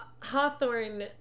Hawthorne